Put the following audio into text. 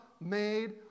made